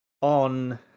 on